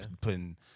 putting